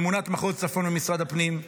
ממונה על מחוז הצפון במשרד הפנים,